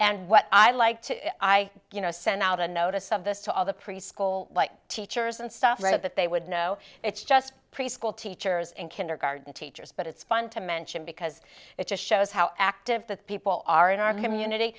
and what i like to i you know send out a notice of this to all the preschool teachers and stuff a lot of that they would know it's just preschool teachers and kindergarten teachers but it's fun to mention because it just shows how active the people are in our community